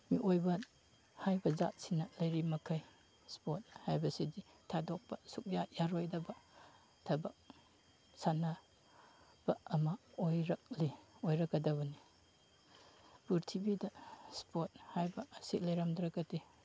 ꯃꯤꯑꯣꯏꯕ ꯍꯥꯏꯕ ꯖꯥꯠꯁꯤꯅ ꯂꯩꯔꯤ ꯃꯈꯩ ꯏꯁꯄꯣꯔꯠ ꯍꯥꯏꯕꯁꯤꯗꯤ ꯊꯥꯗꯣꯛꯄ ꯁꯨꯛꯌꯥ ꯌꯥꯔꯔꯣꯏꯗꯕ ꯊꯕꯛ ꯁꯥꯟꯅꯕ ꯑꯃ ꯑꯣꯏꯔꯛꯂꯤ ꯑꯣꯏꯔꯒꯗꯕꯅꯤ ꯄ꯭ꯔꯤꯊꯤꯕꯤꯗ ꯏꯁꯄꯣꯔꯠ ꯍꯥꯏꯕ ꯑꯁꯤ ꯂꯩꯔꯝꯗ꯭ꯔꯒꯗꯤ